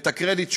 ואת הקרדיט,